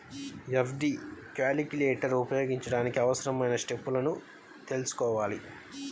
FD calculator ఉపయోగించడానికి అవసరమైన స్టెప్పులను తెల్సుకోవాలి